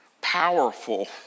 powerful